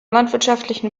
landwirtschaftlichen